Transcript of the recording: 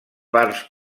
parts